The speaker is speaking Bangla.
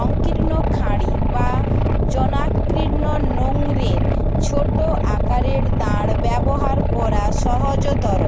সংকীর্ণ খাঁড়ি বা জনাকীর্ণ নোঙরের ছোট আকারের দাঁড় ব্যবহার করা সহজতর